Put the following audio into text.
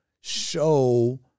show